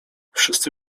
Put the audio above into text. wszyscy